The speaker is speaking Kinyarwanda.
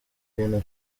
ibintu